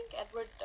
Edward